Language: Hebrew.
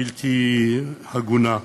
בלתי הגונה.